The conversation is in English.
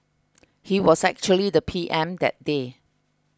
ge was actually the P M that day